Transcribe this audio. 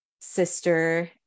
sister